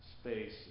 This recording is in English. space